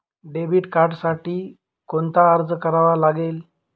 Debit कार्डसाठी कोणता अर्ज करावा लागेल?